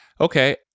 okay